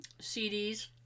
cds